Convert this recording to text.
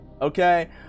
okay